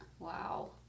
Wow